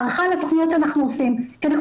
הערכה לתכניות שאנחנו עושים כי אנחנו